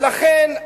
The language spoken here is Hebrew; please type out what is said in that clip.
ולכן,